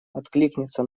откликнется